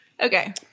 Okay